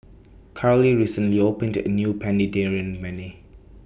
Carly recently opened A New